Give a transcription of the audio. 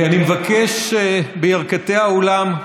מבקש לשמור על השקט בירכתי האולם.